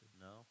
No